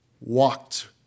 walked